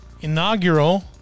inaugural